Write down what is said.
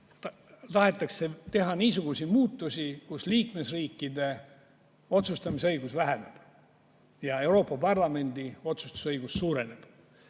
Tahetakse teha niisuguseid muudatusi, millega liikmesriikide otsustamisõigus väheneb ja Euroopa Parlamendi otsustusõigus suureneb.